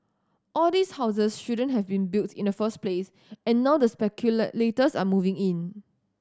all these houses shouldn't have been built in the first place and now the speculators are moving in